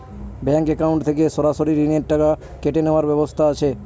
Bank account থেকে সরাসরি ঋণের টাকা কেটে নেওয়ার ব্যবস্থা আছে?